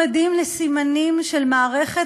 אנחנו עדים לסימנים של מערכת